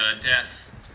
death